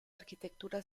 arquitectura